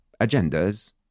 agendas